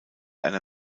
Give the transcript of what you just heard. einer